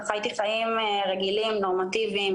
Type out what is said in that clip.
חייתי חיים רגילים ונורמטיביים,